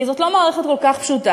כי זאת לא מערכת כל כך פשוטה.